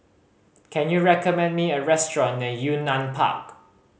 can you recommend me a restaurant near Yunnan Park